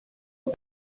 this